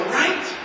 right